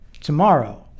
Tomorrow